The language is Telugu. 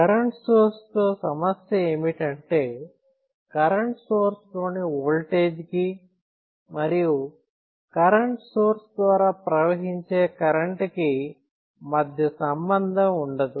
కరెంట్ సోర్స్తో సమస్య ఏమిటంటే కరెంట్ సోర్స్లోని వోల్టేజ్ కి మరియు కరెంట్ సోర్స్ ద్వారా ప్రవహించే కరెంట్ కి మధ్య సంబంధం ఉండదు